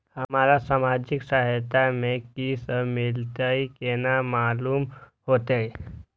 हमरा सामाजिक सहायता में की सब मिलते केना मालूम होते?